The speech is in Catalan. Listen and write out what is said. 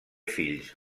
fills